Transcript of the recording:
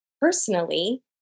personally